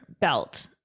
Belt